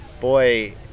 boy